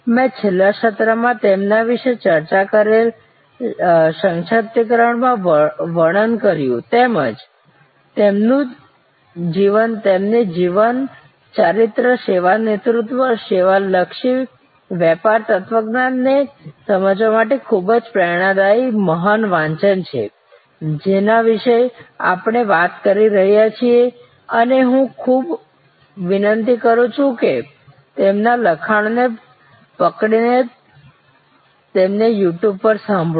મેં છેલ્લા સત્રમાં તેમના વિશે ચર્ચા કરેલ સંક્ષિપ્તમાં વર્ણન કર્યું તેમનું જીવન તેમની જીવનચરિત્ર સેવા નેતૃત્વ સેવા લક્ષી વેપાર તત્વજ્ઞાન ને સમજવા માટે ખૂબ જ પ્રેરણાદાયી મહાન વાંચન છે જેના વિશે આપણે વાત કરી રહ્યા છીએ અને હું ખૂબ વિનંતી કરું છું કે તેમના લખાણોને પકડીને તેમને યૂટ્યૂબ પર સાંભળો